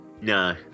No